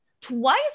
twice